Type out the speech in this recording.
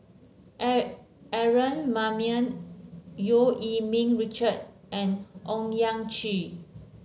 Aaron Maniam Eu Yee Ming Richard and Owyang Chi